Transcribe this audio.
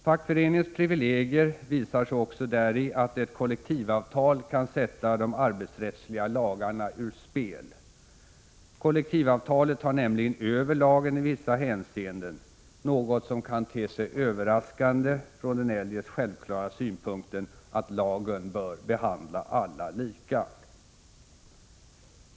Fackföreningens privilegier visar sig också däri att ett kollektivavtal kan sätta de arbetsrättsliga lagarna ur spel. Kollektivavtalet tar nämligen över lagen i vissa hänseenden, något som kan te sig överraskande från den eljest självklara synpunkten att lagen bör behandla alla lika.